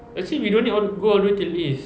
actually we don't need all go all the way till east